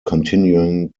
continuing